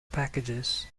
packages